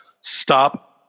stop